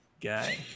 guy